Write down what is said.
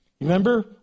Remember